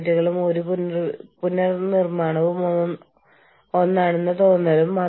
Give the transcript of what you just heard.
പണിമുടക്കുകളും വ്യാവസായിക പ്രവർത്തനങ്ങളും